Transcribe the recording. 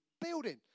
building